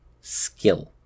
skill